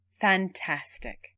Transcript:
Fantastic